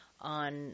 on